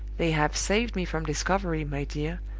they have saved me from discovery, my dear,